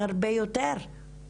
הרבה יותר אפילו.